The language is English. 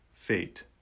fate